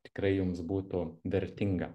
tikrai jums būtų vertinga